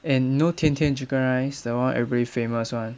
and you know tian tian chicken rice the one everybody famous one